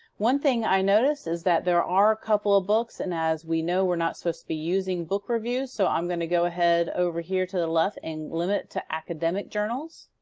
one thing i noticed is that there are a couple of books and as we know we're not supposed to be using book reviews. so i'm gonna go ahead over here to the left and limit to academic journals.